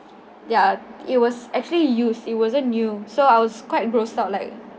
ya it was actually used it wasn't new so I was quite grossed out like